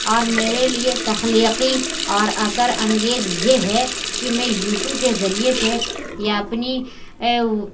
اور میرے لیے تخلیقی اور اثر انگیز یہ ہے کہ میں یو ٹو کے ذریعے سے یا اپنی